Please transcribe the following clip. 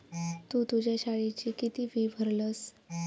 तु तुझ्या शाळेची किती फी भरलस?